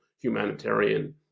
humanitarian